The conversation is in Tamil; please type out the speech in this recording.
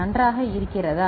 நன்றாக இருக்கிறதா